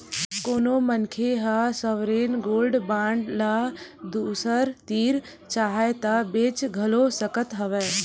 कोनो मनखे ह सॉवरेन गोल्ड बांड ल दूसर तीर चाहय ता बेंच घलो सकत हवय